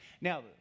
Now